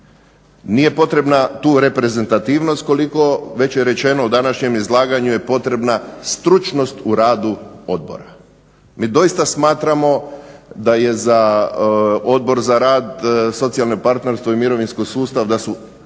Nije potrebna tu reprezentativnost koliko, već je rečeno u današnjem izlaganju, je potrebna stručnost u radu odbora. Mi doista smatramo da je za Odbor za rad, socijalno partnerstvo i mirovinski sustav da su